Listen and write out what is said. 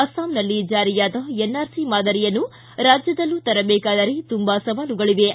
ಅಸ್ಲಾಂನಲ್ಲಿ ಜಾರಿಯಾದ ಎನ್ಆರ್ಸಿ ಮಾದರಿಯನ್ನು ರಾಜ್ಯದಲ್ಲೂ ತರಬೇಕಾದರೆ ತುಂಬಾ ಸವಾಲುಗಳಿವೆ